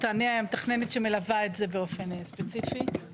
אני מתכננת מחוז חיפה